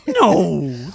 no